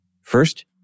First